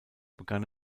begann